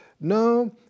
No